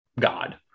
God